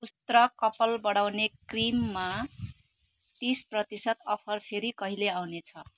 उस्त्र कपाल बढाउने क्रिममा तिस प्रतिशत अफर फेरि कहिले आउने छ